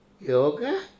Yoga